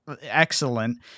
excellent